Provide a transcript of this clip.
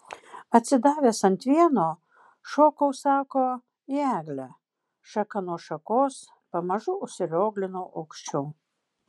atsidavęs ant vieno šokau sako į eglę šaka nuo šakos pamažu užsirioglinau aukščiau